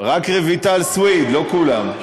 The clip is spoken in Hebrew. רק רויטל סויד, לא כולם.